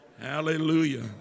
Hallelujah